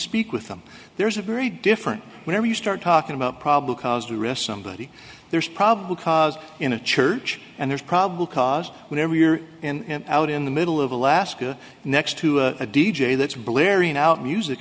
speak with them there's a very different whenever you start talking about probable cause to arrest somebody there's probable cause in a church and there's probable cause whenever you're in out in the middle of alaska next to a d j that's blaring out music